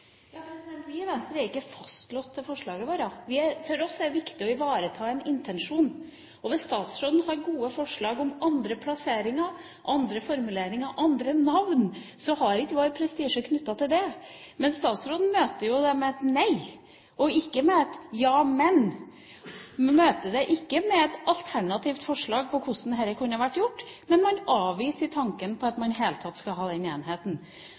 Vi i Venstre er ikke fastlåst til forslaget vårt. For oss er det viktig å ivareta en intensjon. Hvis statsråden har gode forslag om andre plasseringer, andre formuleringer, andre navn, har ikke vi vår prestisje knyttet til det. Men statsråden møter det jo med et «nei» og ikke med et «ja, men». Hun møter det ikke med et alternativt forslag om hvordan dette kunne vært gjort, men avviser tanken på at man i det hele tatt skal ha denne enheten.